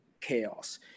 chaos